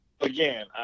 Again